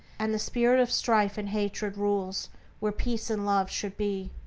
and the spirit of strife and hatred rules where peace and love should be.